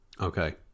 Okay